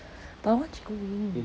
but I want chicken wing